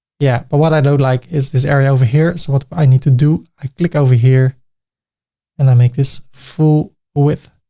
yeah, but what i don't like is this area over here. so what i need to do, i click over here and i make this full width